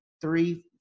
three